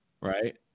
Right